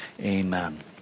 amen